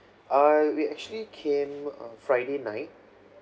err we actually came uh friday night